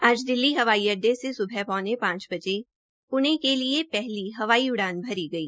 आज दिल्ली हवाई अड्डे से सूबह पौने पांच बजे पुणे के लिए पहली हवाई उड़ान भरी गई